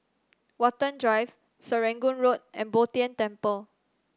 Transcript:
Watten Drive Serangoon Road and Bo Tien Temple